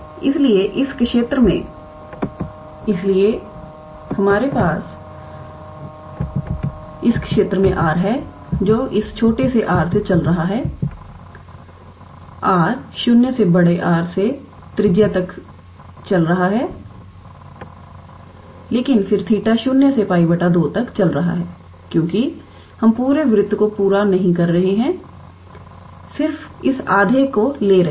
इसलिए इस क्षेत्र में हमारे पास r है जो इस छोटे से r से चल रहा है r 0 से R से त्रिज्या तक चल रहा है लेकिन फिर 𝜃 0 से 𝜋 2 तक चल रहे है क्योंकि हम पूरे वृत्त को पूरा नहीं कर रहे हैं सिर्फ इस आधे के को ले रही हैं